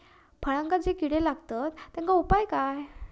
फळांका जो किडे लागतत तेनका उपाय काय?